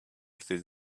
through